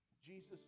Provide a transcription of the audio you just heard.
Jesus